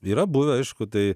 yra buvę aišku tai